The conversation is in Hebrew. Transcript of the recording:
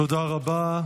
תודה רבה.